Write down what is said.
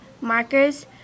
markers